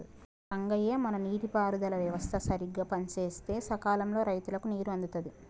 రంగయ్య మన నీటి పారుదల వ్యవస్థ సరిగ్గా పనిసేస్తే సకాలంలో రైతులకు నీరు అందుతుంది